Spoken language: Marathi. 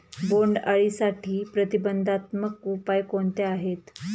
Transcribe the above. बोंडअळीसाठी प्रतिबंधात्मक उपाय कोणते आहेत?